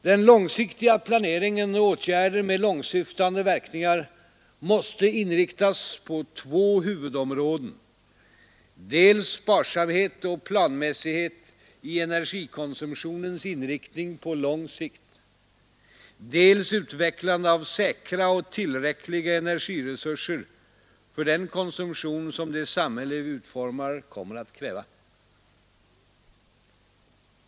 Den långsiktiga planeringen och åtgärder med långsyftande verkningar måste inriktas på två huvudområden, dels sparsamhet och planmässighet i energikonsumtionens inriktning på lång sikt, dels utvecklande av säkra och tillräckliga energiresurser för den konsumtion som det samhälle vi utformar kommer att kräva.